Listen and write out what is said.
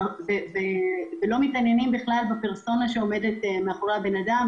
ואין בכלל התעניינות בפרסונה שעומדת מאחורי הבן אדם,